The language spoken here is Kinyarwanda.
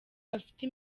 bafite